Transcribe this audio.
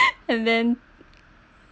and then